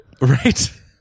right